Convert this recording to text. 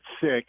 sick